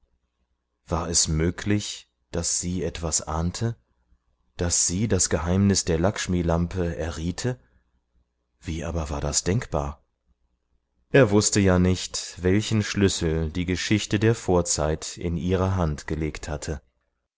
war es möglich daß sie etwas ahnte daß sie das geheimnis der lackshmilampe erriete wie aber war das denkbar er wußte ja nicht welchen schlüssel die geschichte der vorzeit in ihre hand gelegt hatte